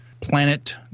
Planet